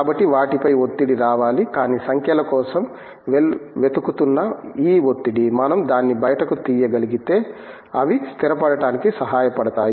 కాబట్టి వాటిపై ఒత్తిడి రావాలి కానీ సంఖ్యల కోసం వెతుకుతున్న ఈ ఒత్తిడి మనం దాన్ని బయటకు తీయగలిగితే అవి స్థిరపడటానికి సహాయపడతాయి